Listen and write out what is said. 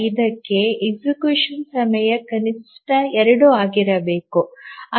5 ಕ್ಕೆ execution ಸಮಯ ಕನಿಷ್ಠ 2 ಆಗಿರಬೇಕು